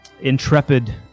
intrepid